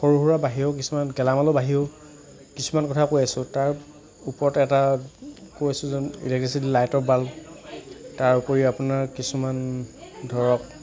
সৰু সুৰা বাহিৰেও কিছুমান গেলামালৰ বাহিৰেও কিছুমান কথা কৈ আছোঁ তাৰ ওপৰত এটা কৈছোঁ যেন ইলেক্টিচিটি লাইটৰ বালপ তাৰোপৰিও আপোনাৰ কিছুমান ধৰক